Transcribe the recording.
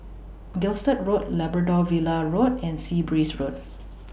Gilstead Road Labrador Villa Road and Sea Breeze Road